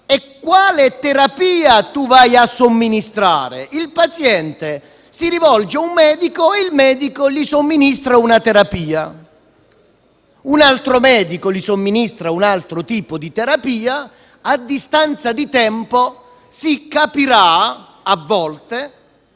è quale terapia si va a somministrare: il paziente si rivolge a un medico, che gli somministra una terapia; un altro medico gli somministra un altro tipo di terapia; a distanza di tempo si capirà - a volte,